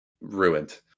ruined